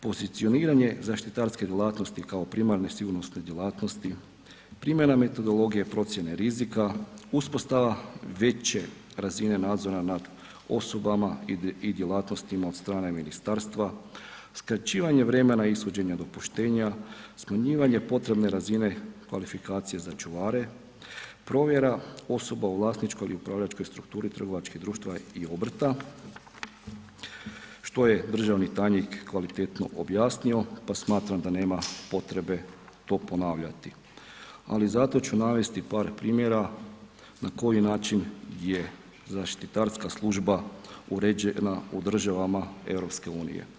Pozicioniranje zaštitarske djelatnosti kao primarne sigurnosne djelatnosti, primjena metodologije procijene rizika, uspostava veće razine nadzora nad osobama i djelatnostima od strane ministarstva, skraćivanje vremena i ishođenja dopuštenja, smanjivanje potrebne razine kvalifikacije za čuvare, provjera osoba u vlasničkoj i u upravljačkoj strukturi trgovačkih društava i obrta, što je državni tajnik kvalitetno objasnio, pa smatram da nema potrebe to ponavljati, ali zato ću navesti par primjera na koji način je zaštitarska služba uređena u državama EU.